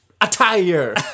attire